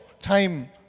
time